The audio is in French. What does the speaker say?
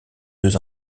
deux